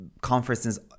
conferences